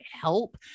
help